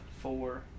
four